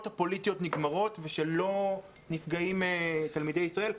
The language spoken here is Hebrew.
הפוליטיות נגמרות ושלא נפגעים תלמידי ישראל.